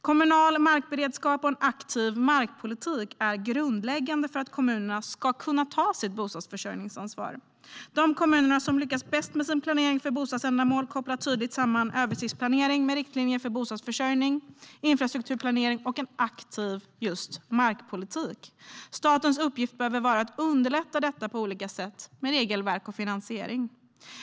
Kommunal markberedskap och en aktiv markpolitik är grundläggande för att kommunerna ska kunna ta sitt bostadsförsörjningsansvar. De kommuner som lyckas bäst med sin planering för bostadsändamål kopplar tydligt samman översiktsplanering med riktlinjer för bostadsförsörjning, infrastrukturplanering och en aktiv markpolitik. Statens uppgift behöver vara att underlätta detta på olika sätt med regelverk och finansiering.